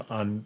on